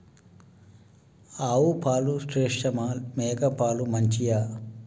ఆవు పాలు శ్రేష్టమా మేక పాలు మంచియా?